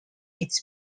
its